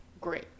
Great